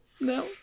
No